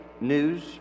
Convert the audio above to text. news